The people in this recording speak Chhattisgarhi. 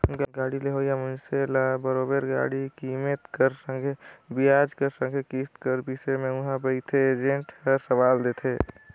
गाड़ी लेहोइया मइनसे ल बरोबेर गाड़ी कर कीमेत कर संघे बियाज कर संघे किस्त कर बिसे में उहां बइथे एजेंट हर सलाव देथे